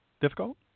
difficult